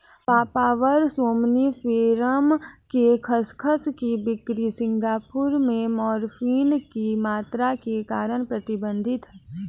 papaver somniferum के खसखस की बिक्री सिंगापुर में मॉर्फिन की मात्रा के कारण प्रतिबंधित है